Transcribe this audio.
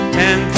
ten